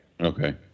Okay